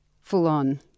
full-on